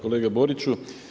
Kolega Boriću.